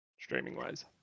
streaming-wise